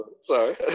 sorry